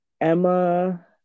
Emma